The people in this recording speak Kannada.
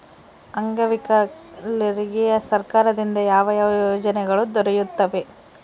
ಅಂಗವಿಕಲರಿಗೆ ಸರ್ಕಾರದಿಂದ ಯಾವ ಯಾವ ಯೋಜನೆಗಳು ದೊರೆಯುತ್ತವೆ?